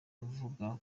avuga